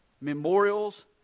memorials